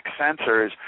sensors